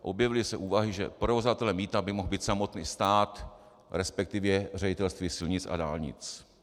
Objevily se úvahy, že provozovatelem mýta by mohl být samotný stát, resp. Ředitelství silnic a dálnic.